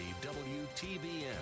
WTBN